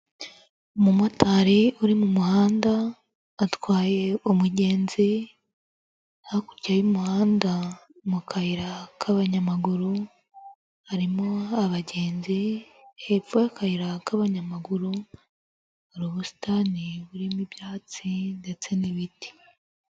Umumotari uri mu muhanda, atwaye umugenzi, hakurya y'umuhanda mu kayira k'abanyamaguru, harimo abagenzi, hepfo y'akayira k'abanyamaguru, harimo ubusitani burimo ibyatsi ndetse n'ibiti.